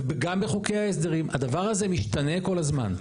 וגם בחוקי ההסדרים, הדבר הזה משתנה כל הזמן.